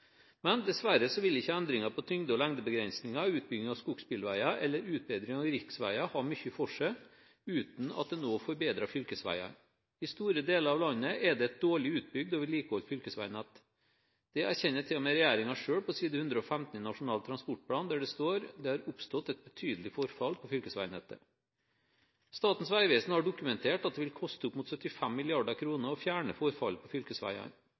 Men dessverre vil ikke endringer på lengde- og tyngdebegrensinger, utbygging av skogsbilveier, eller utbedring av riksveier ha mye for seg uten at man også forbedrer fylkesveiene. I store deler av landet er det et dårlig utbygd og vedlikeholdt fylkesveinett. Det erkjenner til og med regjeringen selv på side 115 i Nasjonal transportplan, der det står: «Det har over tid oppstått et betydelig forfall på fylkesvegnettet.» Statens vegvesen har dokumentert at det koste opp i mot 75 mrd. kr å fjerne forfallet på fylkesveiene.